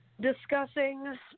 discussing